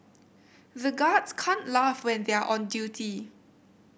the guards can't laugh when they are on duty